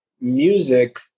music